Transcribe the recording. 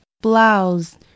blouse